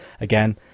again